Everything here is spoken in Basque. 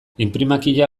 inprimakia